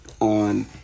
on